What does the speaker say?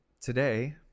today